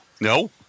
No